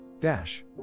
Dash